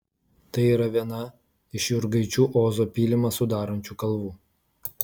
tai yra viena iš jurgaičių ozo pylimą sudarančių kalvų